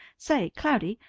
say, cloudy,